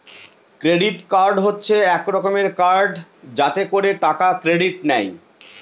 credit card হচ্ছে এক রকমের কার্ড যাতে করে টাকা ক্রেডিট নেয়